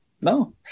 No